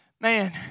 man